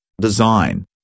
Design